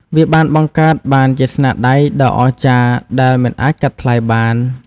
វាបានបង្កើតបានជាស្នាដៃដ៏អស្ចារ្យដែលមិនអាចកាត់ថ្លៃបាន។